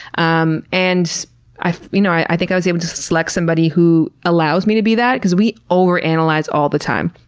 um and i you know i think i was able to select somebody who allows me to be that because we over analyze all the time.